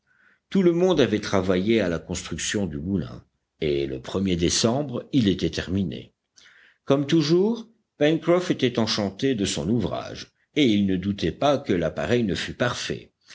tout le monde avait travaillé à la construction du moulin et le er décembre il était terminé comme toujours pencroff était enchanté de son ouvrage et il ne doutait pas que l'appareil ne fût parfait